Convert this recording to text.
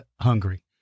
hungry